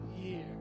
year